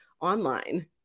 online